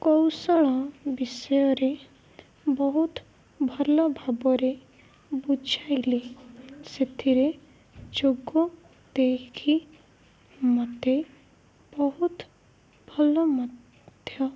କୌଶଳ ବିଷୟରେ ବହୁତ ଭଲ ଭାବରେ ବୁଝାଇଲେ ସେଥିରେ ଯୋଗ ଦେଇକି ମୋତେ ବହୁତ ଭଲ ମଧ୍ୟ